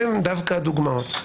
הן דווקא הדוגמאות,